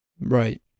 Right